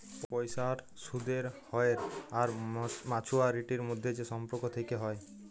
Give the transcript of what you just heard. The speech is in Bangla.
পয়সার সুদের হ্য়র আর মাছুয়ারিটির মধ্যে যে সম্পর্ক থেক্যে হ্যয়